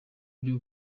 bya